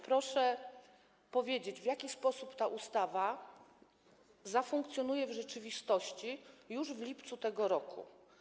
Proszę powiedzieć, w jaki sposób ta ustawa zafunkcjonuje w rzeczywistości już w lipcu tego roku.